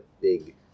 big